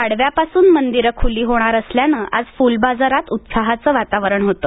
पाडव्यापासून मंदिरं खुली होणार असल्यानं आज फुलबाजारात उत्साहाचं वातावरण होतं